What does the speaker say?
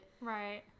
right